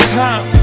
time